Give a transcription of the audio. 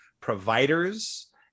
providers